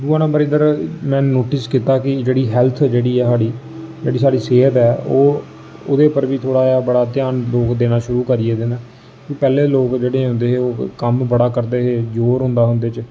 दूआ नम्बर इद्धर में नोटिस कीता कि जेह्ड़ी हैल्थ जेह्ड़ी ऐ साढ़ी जेह्ड़ी साढ़ी सेह्त ऐ ओह् ओह्दे उप्पर बी थोह्ड़ा जनेहा बड़ा ध्यान लोक देना शुरू करी गेदे न पैह्लें लोक जेह्ड़े होंदे हे ओह् कम्म बड़ा करदे हे जोर होंदा हा उं'दे च